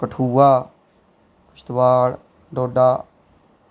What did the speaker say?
Kathua Kishtwar Doda